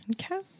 Okay